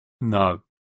no